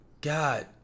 God